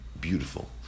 beautiful